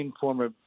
former